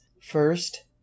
first